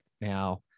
Now